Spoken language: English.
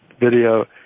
video